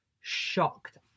shocked